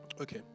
Okay